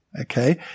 Okay